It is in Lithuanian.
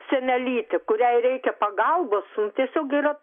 senelytė kuriai reikia pagalbos nu tiesiog yra